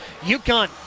UConn